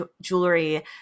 jewelry